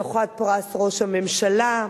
זוכת פרס ראש הממשלה,